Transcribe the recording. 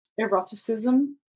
Eroticism